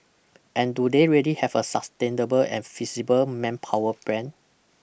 and do they really have a sustainable and feasible manpower plan